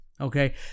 Okay